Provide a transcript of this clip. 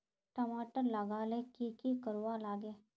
टमाटर लगा ले की की कोर वा लागे?